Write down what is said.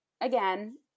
again